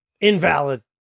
Invalid